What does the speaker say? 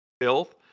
filth